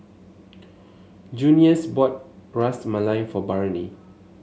Junious bought Ras Malai for Barnie